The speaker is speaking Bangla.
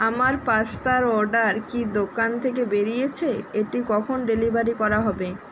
আমার পাস্তার অর্ডার কি দোকান থেকে বেরিয়েছে এটি কখন ডেলিভারি করা হবে